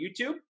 YouTube